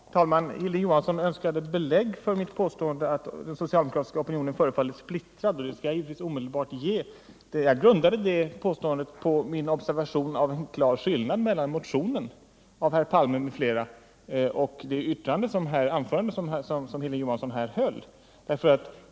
Herr talman! Hilding Johansson önskade ett belägg för mitt påstående att den socialdemokratiska opinionen förefaller splittrad. Det skall jag givetvis omedelbart ge. Jag grundade mitt påstående på observationen av en klar skillnad mellan motionen av herr Palme m.fl. och det anförande som Hilding Johansson här höll.